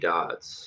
Dots